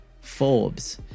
Forbes